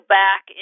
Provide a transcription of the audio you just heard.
back